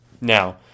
Now